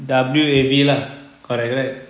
W_A_V lah correct correct